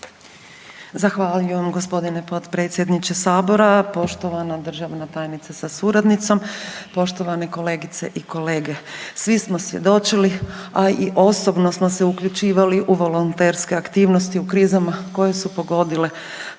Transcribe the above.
Zahvaljujem gospodine potpredsjedniče sabora. Poštovana državna tajnice sa suradnicom, poštovane kolegice i kolege, svi smo svjedočili, a i osobno smo se uključivali u volonterske aktivnosti u krizama koje su pogodile